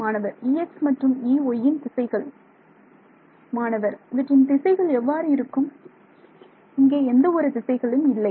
மாணவர் E x மற்றும் E y ன் திசைகள் மாணவர் இவற்றின் திசைகள் எவ்வாறு இருக்கும் இங்கே எந்த ஒரு திசைகளும் இல்லை